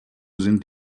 sind